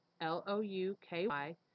L-O-U-K-Y